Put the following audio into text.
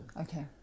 Okay